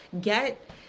get